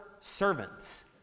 servants